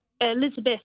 Elizabeth